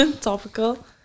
Topical